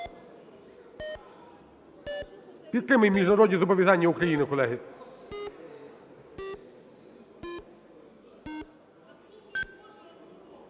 Підтримаємо міжнародні зобов'язання України, колеги.